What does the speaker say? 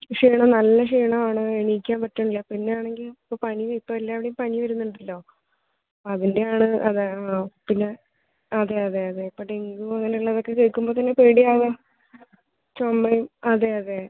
ക്ഷീണം നല്ല ക്ഷീണമാണ് എണീക്കാൻ പറ്റുന്നില്ല പിന്നെയാണെങ്കിൽ ഇപ്പോൾ പനി ഇപ്പോൾ എല്ലായിടെയും പനി വരുന്നുണ്ടല്ലോ അതിൻ്റെയാണ് അതാണ് ആ പിന്നെ അതെയതെയതെ ഇപ്പോൾ ഡെങ്കു അങ്ങനെയുള്ളതൊക്കെ കേൾക്കുമ്പോൾ തന്നെ പേടിയാവുകയാണ് ചുമയും അതെയതെയതെ